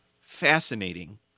fascinating